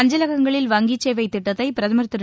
அஞ்சலகங்களில் வங்கிச் சேவை திட்டத்தை பிரதமர் திரு